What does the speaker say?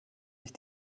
sich